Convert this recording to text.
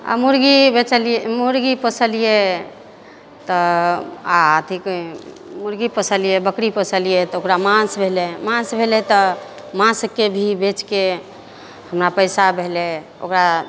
आओर मुर्गी बेचलियै मुर्गी पोसलियै तऽ आओर अथी मुर्गी पोसलियै बकरी पोसलियै तऽ ओकरा माँस भेलै माँस भेलै तऽ माँसके भी बेचके हमरा पैसा भेलै ओकरा